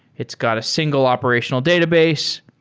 it's got a single operational database.